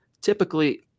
typically –